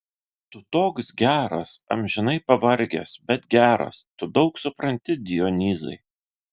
tu toks geras amžinai pavargęs bet geras tu daug supranti dionyzai